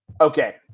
Okay